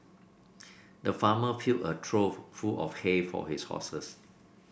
the farmer filled a trough full of hay for his horses